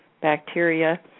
bacteria